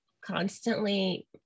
constantly